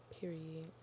Period